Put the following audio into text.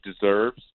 deserves